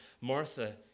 Martha